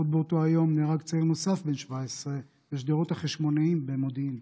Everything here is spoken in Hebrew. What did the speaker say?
עוד באותו היום נהרג צעיר נוסף בן 17 בשדרות החשמונאים במודיעין.